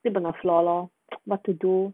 日本的 floor lor what to do